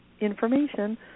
information